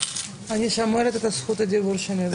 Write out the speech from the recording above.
אני שומרת את זכות הדיבור שלי.